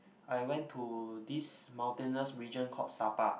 I went to this mutinous region called Sabah